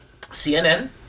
CNN